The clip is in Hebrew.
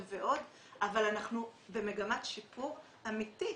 אבל אנחנו במגמת שיפור אמתית.